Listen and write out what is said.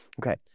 Okay